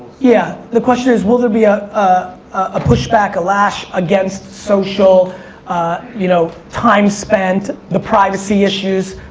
yeah, the question was, will there be ah ah a pushback, a lash against social you know time spent, the privacy issues,